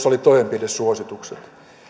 oli toimenpidesuositukset